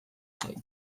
zait